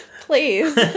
Please